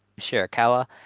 Shirakawa